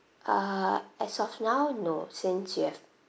ah as of now no since you have